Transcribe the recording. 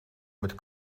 met